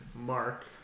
Mark